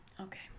Okay